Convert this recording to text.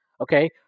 okay